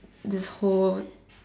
this whole